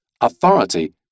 authority